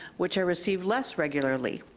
which are received less regularly,